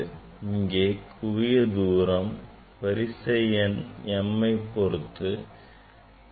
இங்கே குவிய தூரம் வரிசை எண்ணைப் m பொறுத்து அமையும்